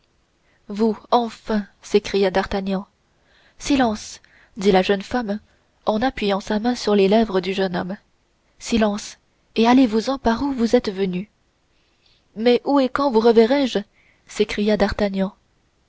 vous enfin s'écria d'artagnan silence dit la jeune femme en appuyant sa main sur les lèvres du jeune homme silence et allez-vous-en par où vous êtes venu mais où et quand vous reverrai-je s'écria d'artagnan